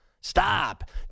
stop